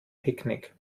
picknick